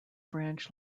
branch